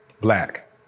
black